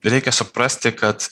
reikia suprasti kad